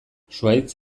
zuhaitz